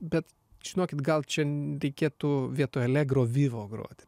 bet žinokit gal čia reikėtų vietoj allegro vivo groti